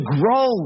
grow